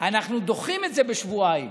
אנחנו דוחים את זה בשבועיים.